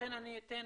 לכן אני אתן